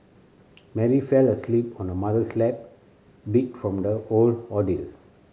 Mary fell asleep on her mother's lap beat from the whole ordeal